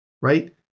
Right